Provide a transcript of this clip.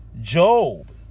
Job